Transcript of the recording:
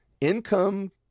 Income